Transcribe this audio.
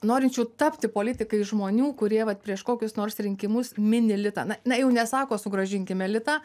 norinčių tapti politikais žmonių kurie vat prieš kokius nors rinkimus mini litą na na jau nesako sugrąžinkime litą